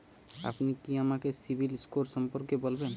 আপনি কি আমাকে সিবিল স্কোর সম্পর্কে বলবেন?